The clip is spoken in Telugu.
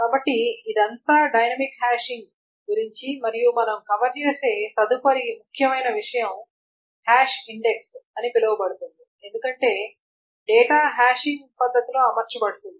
కాబట్టి ఇదంతా డైనమిక్ హాషింగ్ గురించి మరియు మనం కవర్ చేసే తదుపరి ముఖ్యమైన విషయం హాష్ ఇండెక్స్ అని పిలువబడుతుంది ఎందుకంటే డేటా హ్యాషింగ్ పద్ధతిలో అమర్చబడుతుంది